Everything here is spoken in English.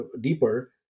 deeper